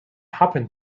happen